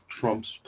Trump's